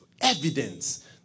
evidence